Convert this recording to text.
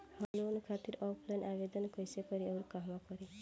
हम लोन खातिर ऑफलाइन आवेदन कइसे करि अउर कहवा करी?